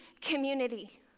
community